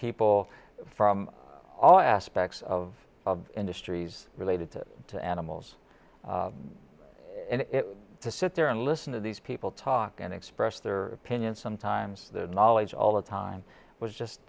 people from all aspects of industries related to animals and to sit there and listen to these people talk and express their opinion sometimes their knowledge all the time was just